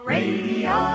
Radio